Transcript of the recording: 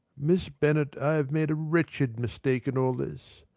miss bennet, i have made a wretched mistake in all this.